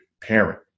parent